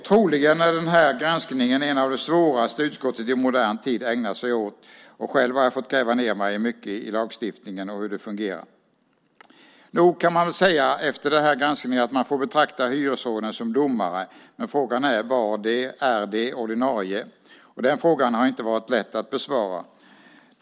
Troligen är den här granskningen en av de svåraste som utskottet i modern tid ägnat sig åt. Själv har jag fått gräva ned mig mycket i lagstiftningen. Nog kan man efter den granskningen säga att man får betrakta hyresråden som domare. Men fråga är om de är ordinarie. Den frågan har inte varit lätt att besvara.